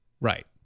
Right